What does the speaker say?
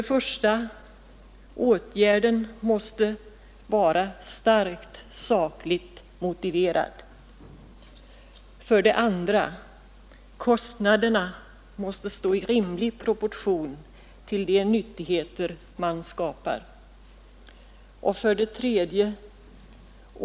Åtgärden i fråga måste vara starkt sakligt motiverad. 2. Kostnaderna måste stå i rimlig proportion till de nyttigheter man skapar. 3.